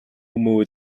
mood